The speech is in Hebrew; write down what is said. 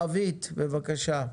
רוית, בבקשה.